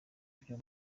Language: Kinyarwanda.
byo